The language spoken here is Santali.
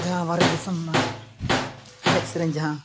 ᱡᱟᱦᱟᱸ ᱵᱟᱦᱨᱮ ᱫᱤᱥᱚᱢ ᱨᱮᱱᱟᱜ ᱮᱱᱮᱡ ᱥᱮᱨᱮᱧ ᱡᱟᱦᱟᱸ